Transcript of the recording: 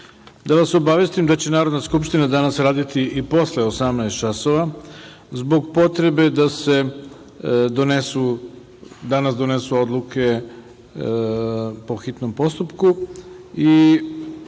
vas obavestim da će Narodna skupština danas raditi i posle 18.00 časova zbog potrebe da se danas donesu odluke po hitnom postupku i